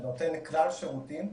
ונותן כלל שירותים,